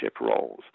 roles